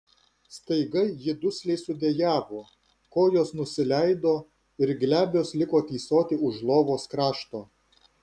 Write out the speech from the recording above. staiga ji dusliai sudejavo kojos nusileido ir glebios liko tysoti už lovos krašto